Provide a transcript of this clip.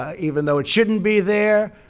ah even though it shouldn't be there.